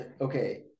okay